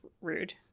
rude